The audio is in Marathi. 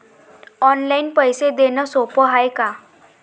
ऑनलाईन पैसे देण सोप हाय का?